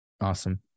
Awesome